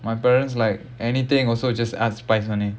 my parents like anything also just add spice only